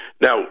Now